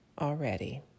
already